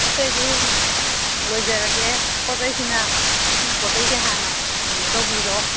ꯑꯇꯩꯗꯤ ꯂꯣꯏꯖꯔꯒꯦ ꯄꯣꯠ ꯆꯩꯁꯤꯅ ꯁꯤꯒꯤ ꯄꯣꯠ ꯆꯩꯁꯦ ꯍꯥꯟꯅ ꯀꯩꯅꯣ ꯇꯧꯕꯤꯔꯣ